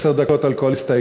עשר דקות על כל הסתייגות.